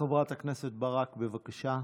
חברת הכנסת ברק, בבקשה.